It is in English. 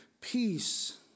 peace